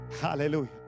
Hallelujah